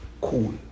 cool